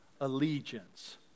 allegiance